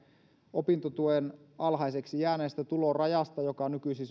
opintotuen alhaiseksi jääneestä tulorajasta joka nykyisin